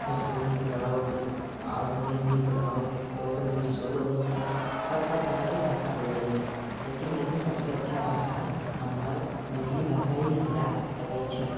भोजपुरी होलौ आओर हिन्दी होलौ कोइ कोइ इङ्गलिशो बोलै छै सब प्रकारके भाषा बोलै छै लेकिन ओहिमे सबसँ अच्छा भाषा हमर मैथिली भाषा ही हमरा लगै छै